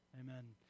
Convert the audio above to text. Amen